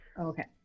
okay